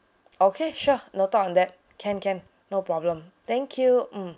okay sure noted on that can can no problem thank you mm